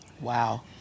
Wow